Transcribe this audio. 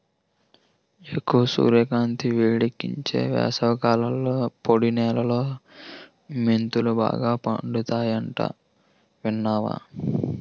ఎక్కువ సూర్యకాంతి, వేడెక్కించే వేసవికాలంలో పొడి నేలలో మెంతులు బాగా పెరుగతాయట విన్నావా